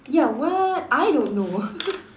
ya what I don't know